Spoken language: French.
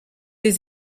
les